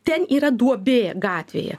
ten yra duobė gatvėje